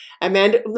Amanda